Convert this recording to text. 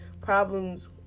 problems